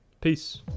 Peace